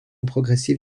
progressive